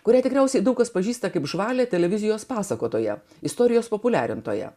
kurią tikriausiai daug kas pažįsta kaip žvalią televizijos pasakotoją istorijos populiarintoją